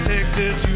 Texas